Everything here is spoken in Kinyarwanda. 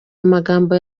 amagambo